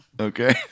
Okay